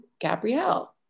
Gabrielle